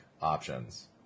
options